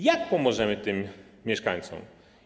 Jak pomożemy tym mieszkańcom?